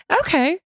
Okay